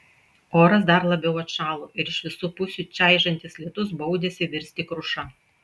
oras dar labiau atšalo ir iš visų pusių čaižantis lietus baudėsi virsti kruša